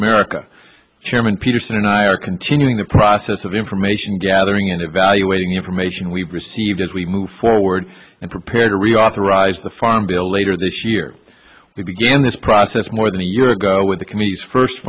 america chairman peterson and i are continuing the process of information gathering in evaluating information we've received as we move forward and prepare to reauthorize the farm bill later this year we begin this process more than a year ago with the